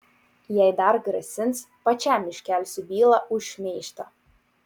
jei dar grasins pačiam iškelsiu bylą už šmeižtą